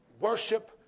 worship